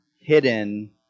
hidden